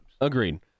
Agreed